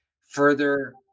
further